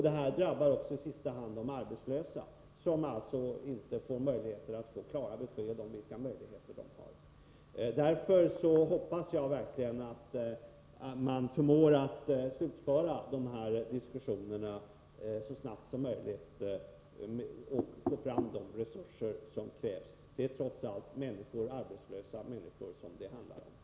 Detta drabbar i sista hand också de arbetslösa, som inte får klara besked om vilka möjligheter de har. Därför hoppas jag verkligen att man så snart som möjligt förmår att slutföra diskussionerna och få fram de resurser som krävs. Det är trots allt arbetslösa människor som det handlar om.